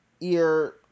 ear